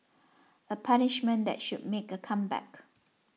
a punishment that should make a comeback